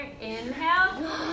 Inhale